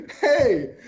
hey